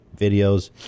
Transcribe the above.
videos